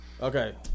Okay